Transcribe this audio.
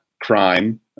crime